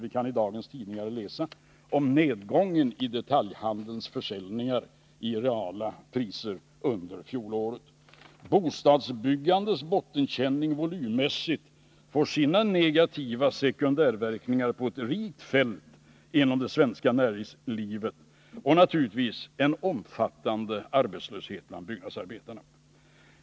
Vi kan i dagens tidningar läsa om nedgången i detaljhandelns försäljningar i reala priser under fjolåret. Bostadsbyggandets bottenkänning volymmässigt får sina negativa sekundärverkningar på ett rikt fält inom det svenska näringslivet och naturligtvis en omfattande arbetslöshet bland byggnadsarbetarna som följd.